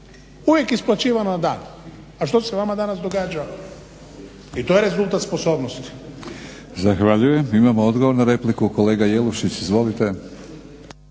Uvijek je isplaćivano na dan. A što se vama danas događa i to je rezultat sposobnosti.